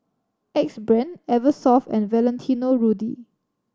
Axe Brand Eversoft and Valentino Rudy